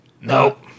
Nope